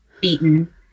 beaten